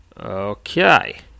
Okay